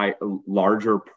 larger